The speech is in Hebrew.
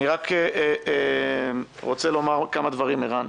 אני רק רוצה לומר עוד כמה דברים, ערן.